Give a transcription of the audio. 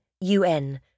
UN